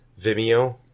Vimeo